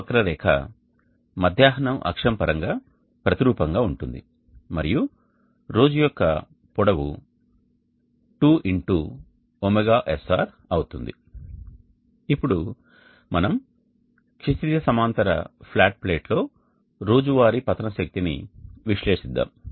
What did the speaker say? ఈ వక్రరేఖ మధ్యాహ్నం అక్షం పరంగా ప్రతి రూపం గా ఉంటుంది మరియు రోజు యొక్క పొడవు 2 x ωSR అవుతుంది ఇప్పుడు మనం క్షితిజ సమాంతర ఫ్లాట్ ప్లేట్లో రోజువారీ పతన శక్తిని విశ్లేషిద్దాం